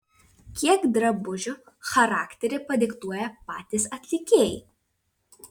kiek drabužių charakterį padiktuoja patys atlikėjai